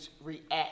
react